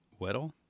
Weddle